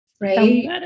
Right